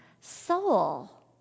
soul